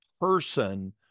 person